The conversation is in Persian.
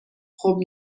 خوب